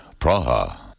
Praha. (